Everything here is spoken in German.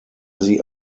sie